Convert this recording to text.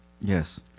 Yes